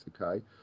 Okay